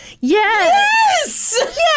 Yes